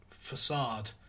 facade